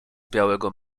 białego